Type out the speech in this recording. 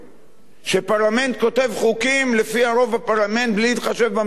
שפרלמנט כותב חוקים לפי הרוב בפרלמנט בלי להתחשב במציאות,